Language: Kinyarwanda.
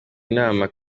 inama